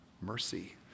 mercy